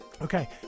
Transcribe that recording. Okay